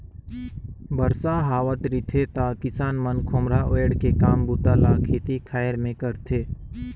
बरसा हावत रिथे त किसान मन खोम्हरा ओएढ़ के काम बूता ल खेती खाएर मे करथे